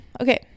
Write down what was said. Okay